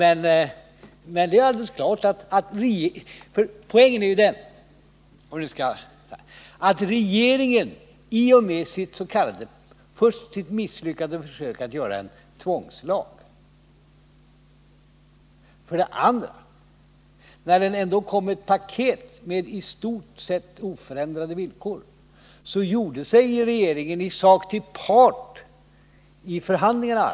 Poängen är ju den att regeringen först genom sitt misslyckade försök att göra en tvångslag och sedan genom sitt paket med i stort sett oförändrade villkor i sak gjorde sig till part i förhandlingarna.